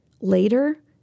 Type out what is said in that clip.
Later